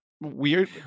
Weird